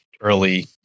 early